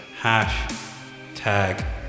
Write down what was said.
hashtag